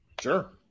sure